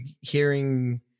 hearing